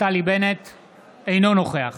אינו נוכח